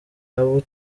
abo